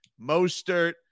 Mostert